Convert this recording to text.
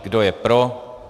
Kdo je pro?